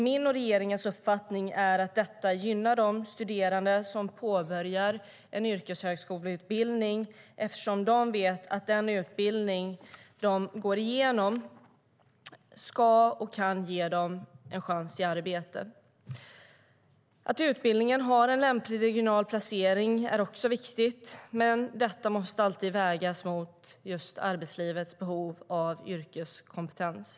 Min och regeringens uppfattning är att detta gynnar de studerande som påbörjar en yrkeshögskoleutbildning eftersom de vet att den utbildning de går igenom ska och kan ge dem en chans till arbete. Att utbildningen har en lämplig regional placering är också viktigt, men detta måste alltid vägas mot arbetslivets behov av yrkeskompetens.